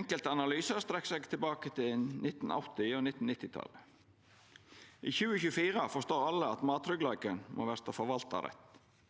Enkelte analysar strekkjer seg tilbake til 1980-talet og 1990-talet. I 2024 forstår alle at mattryggleiken må verta forvalta rett.